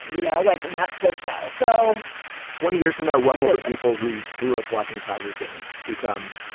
you know, like that's the show so twenty years from now, what will it? people who grew up watching tiger can become